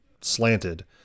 slanted